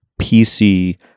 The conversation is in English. PC